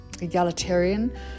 egalitarian